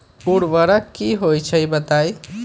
उर्वरक की होई छई बताई?